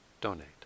donate